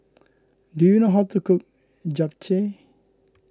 do you know how to cook Japchae